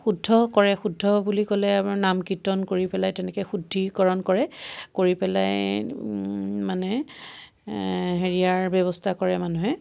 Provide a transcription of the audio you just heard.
শুদ্ধ কৰে শুদ্ধ বুলি ক'লে আমাৰ নাম কীৰ্তন কৰি পেলাই তেনেকৈ শুদ্ধিকৰণ কৰে কৰি পেলাই মানে হেৰিয়াৰ ব্যৱস্থা কৰে মানুহে